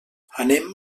anem